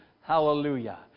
Hallelujah